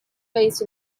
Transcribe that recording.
raised